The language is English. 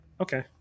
Okay